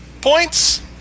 Points